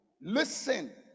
listen